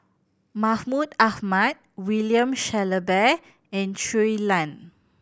Mahmud Ahmad William Shellabear and Shui Lan